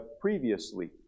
previously